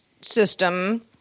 system